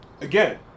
Again